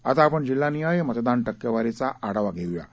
आता आपण जिल्हानिहाय मतदान टक्केवारीचा आढावा घेऊयात